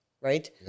Right